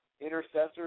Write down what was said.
intercessors